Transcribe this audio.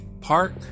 Park